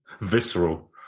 Visceral